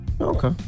okay